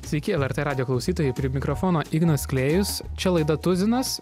sveiki lrt radijo klausytojai prie mikrofono ignas klėjus čia laida tuzinas